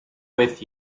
with